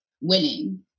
winning